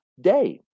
day